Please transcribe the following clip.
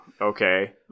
okay